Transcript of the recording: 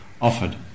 offered